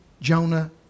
Jonah